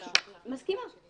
מסכימה.